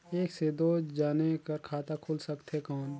एक से दो जने कर खाता खुल सकथे कौन?